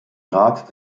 rat